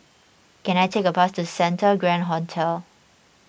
can I take a bus to Santa Grand Hotel